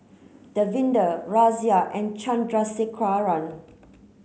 Davinder Razia and Chandrasekaran